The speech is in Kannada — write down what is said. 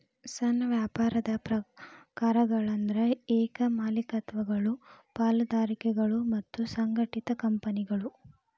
ಸಣ್ಣ ವ್ಯಾಪಾರದ ಪ್ರಕಾರಗಳಂದ್ರ ಏಕ ಮಾಲೇಕತ್ವಗಳು ಪಾಲುದಾರಿಕೆಗಳು ಮತ್ತ ಸಂಘಟಿತ ಕಂಪನಿಗಳು